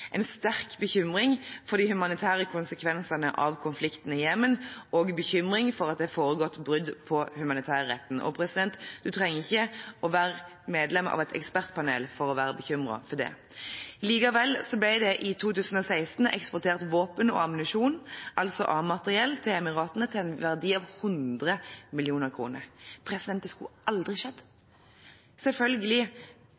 en sterk bekymring for de humanitære konsekvensene av konflikten i Jemen og bekymring for at det har foregått brudd på humanitærretten – og man trenger ikke å være medlem av et ekspertpanel for å være bekymret for det. Likevel ble det i 2016 eksportert våpen og ammunisjon, altså A-materiell, til Emiratene til en verdi av 100 mill. kr. Det skulle aldri ha skjedd.